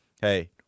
hey